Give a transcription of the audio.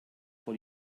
vor